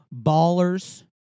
Ballers